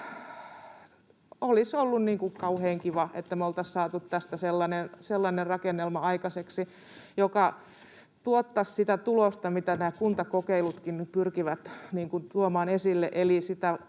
Olisi ollut kauhean kiva, että me oltaisiin saatu tästä aikaiseksi sellainen rakennelma, joka tuottaisi sitä tulosta, mitä nämä kuntakokeilutkin pyrkivät tuomaan esille,